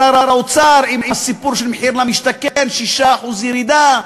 לשר האוצר עם הסיפור של מחיר למשתכן, 6% ירידה.